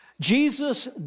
Jesus